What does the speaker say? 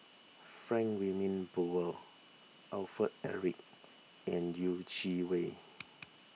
Frank Wilmin Brewer Alfred Eric and Yeh Chi Wei